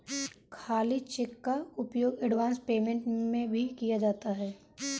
खाली चेक का उपयोग एडवांस पेमेंट में भी किया जाता है